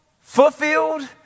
fulfilled